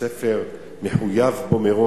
שבית-הספר מחויב בהם,